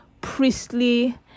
priestly